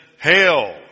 Hail